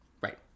Right